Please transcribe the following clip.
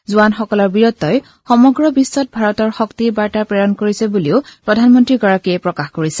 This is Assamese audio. জোৱানসকলৰ বীৰত্ই সমগ্ৰ বিধ্বত ভাৰতৰ শক্তিৰ বাৰ্তা প্ৰেৰণ কৰিছে বুলিও প্ৰধানমন্ত্ৰীগৰাকীয়ে প্ৰকাশ কৰিছে